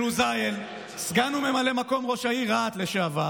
אלהוזייל, לשעבר